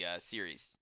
series